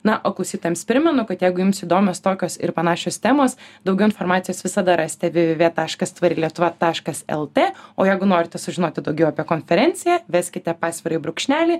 na o klausytojams primenu kad jeigu jums įdomios tokios ir panašios temos daugiau informacijos visada rasite vė vė vė taškas tvari lietuva taškas lt o jeigu norite sužinoti daugiau apie konferenciją veskite pasvirąjį brūkšnelį